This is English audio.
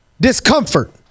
Discomfort